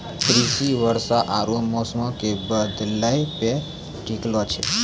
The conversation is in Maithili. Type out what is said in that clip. कृषि वर्षा आरु मौसमो के बदलै पे टिकलो छै